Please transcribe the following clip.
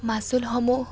মাচুলসমূহ